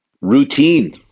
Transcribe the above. routine